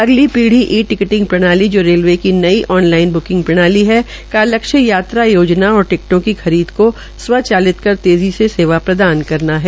अगली पीढ़ी e ticketing प्रणाली जो रेलवे की नई ऑन लाइन बुकिंब प्रणाली है का लक्ष्य यात्रा योजना और टिकटों की खरीद को स्वचलित कर तेज़ी से सेवा प्रदानकर रहा है